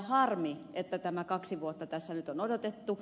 harmi että tämä kaksi vuotta tässä nyt on odotettu